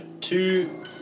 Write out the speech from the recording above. Two